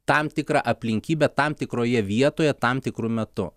tam tikrą aplinkybę tam tikroje vietoje tam tikru metu